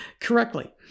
correctly